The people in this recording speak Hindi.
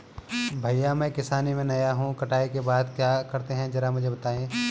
भैया मैं किसानी में नया हूं कटाई के बाद क्या करते हैं जरा मुझे बताएं?